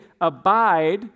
abide